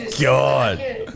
God